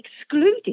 excluded